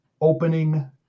opening